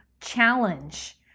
challenge